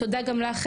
תודה גם לך,